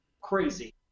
crazy